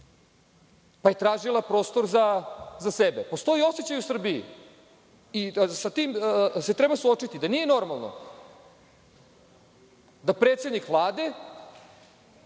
pa je tražila prostor za sebe. Postoji osećaj u Srbiji i sa tim se treba suočiti, da nije normalno da predsednik Vlade